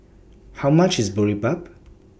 How much IS Boribap